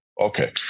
Okay